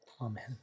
Amen